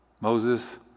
Moses